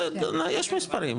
יש מספרים,